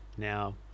Now